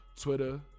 Twitter